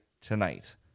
tonight